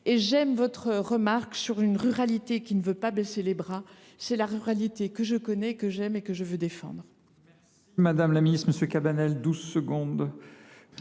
engagement en faveur d’une ruralité qui ne veut pas baisser les bras. C’est la ruralité que je connais, que j’aime et que je veux défendre.